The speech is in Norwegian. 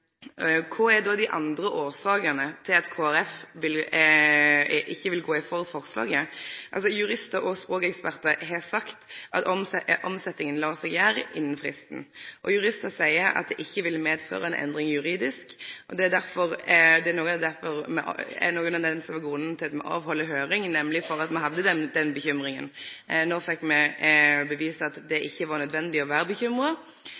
kva er då dei andre årsakene til at Kristeleg Folkeparti ikkje vil gå inn for forslaget? Juristar og språkekspertar har sagt at omsetjinga lèt seg gjere innan fristen. Juristar seier at det ikkje vil medføre ei endring juridisk. Det er noko av grunnen til at me heldt høring, at me hadde den bekymringa. No fekk me bevis for at det ikkje var nødvendig å vere bekymra.